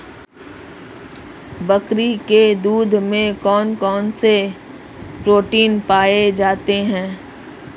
बकरी के दूध में कौन कौनसे प्रोटीन पाए जाते हैं?